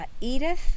Edith